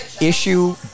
issue